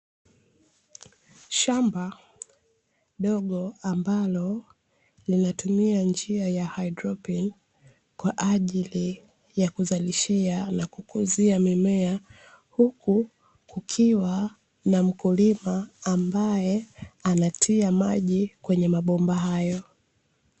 Shamba dogo ambalo linatumia njia ya haidroponi kwaajili ya kuzalishia na kukuzia mimea, huku kukiwa na mkulima ambaye anatia maji kwenye mabomba hayo.